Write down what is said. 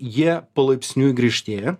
jie palaipsniui griežtėja